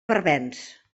barbens